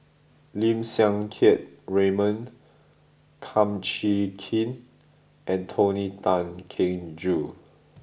Lim Siang Keat Raymond Kum Chee Kin and Tony Tan Keng Joo